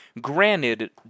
granted